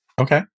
Okay